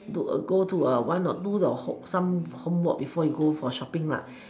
do a go to a why not do the ho some homework before you go for shopping lah